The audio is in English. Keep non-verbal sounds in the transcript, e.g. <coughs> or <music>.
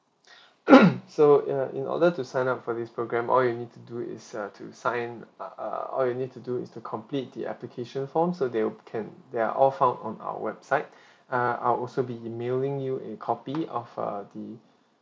<breath> <coughs> so uh in order to sign up for this programme all you need to do is uh to sign err all you need to do is to complete the application forms so they'll can there are all found on our website err I also be emailing you a copy of err the